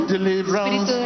Deliverance